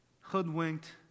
hoodwinked